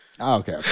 okay